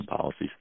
policies